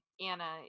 Anna